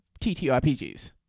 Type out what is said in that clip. TTRPGs